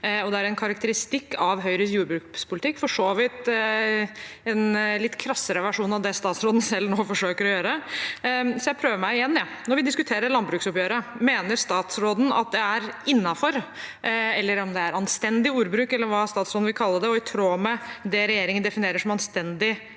det er en karakteristikk av Høyres jordbrukspolitikk – for så vidt en litt krassere versjon av det statsråden selv forsøker å gjøre nå, så jeg prøver meg igjen, jeg: Når vi diskuterer landbruksoppgjøret, mener statsråden at det er innenfor – eller om det er anstendig ordbruk eller hva statsråden vil kalle det – og i tråd med det regjeringen definerer som anstendig politikk,